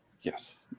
Yes